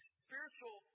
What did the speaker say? spiritual